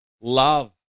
love